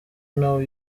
know